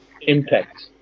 impact